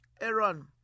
Aaron